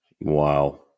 Wow